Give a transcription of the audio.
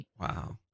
Wow